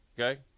okay